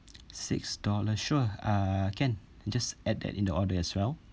six dollar sure uh can just add that in the order as well